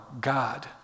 God